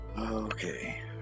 Okay